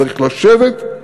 צריך לשבת,